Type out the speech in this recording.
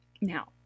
now